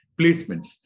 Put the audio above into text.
placements